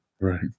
Right